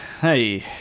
Hey